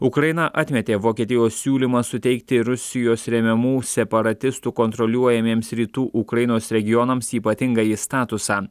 ukraina atmetė vokietijos siūlymą suteikti rusijos remiamų separatistų kontroliuojamiems rytų ukrainos regionams ypatingąjį statusą